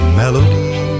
melody